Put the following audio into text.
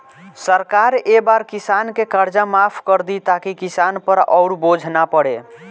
सरकार ए बार किसान के कर्जा माफ कर दि ताकि किसान पर अउर बोझ ना पड़े